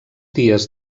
dies